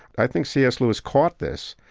i think c s. lewis caught this,